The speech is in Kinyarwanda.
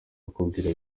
akubwira